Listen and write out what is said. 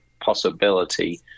possibility